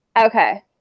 Okay